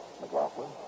McLaughlin